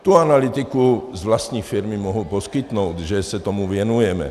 Tu analytiku z vlastní firmy mohu poskytnout, že se tomu věnujeme.